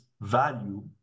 value